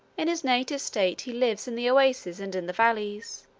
in his native state he lives in the oases and in the valleys.